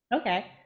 Okay